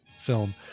film